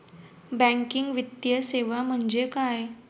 Banking वित्तीय सेवा म्हणजे काय?